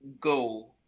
go